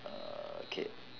uh okay